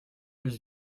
his